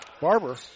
Barber